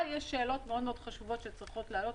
אבל יש שאלות מאוד חשובות שצריכות לעלות,